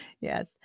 yes